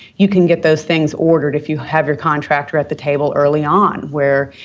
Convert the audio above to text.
you can get those things ordered if you have your contractor at the table early on, where,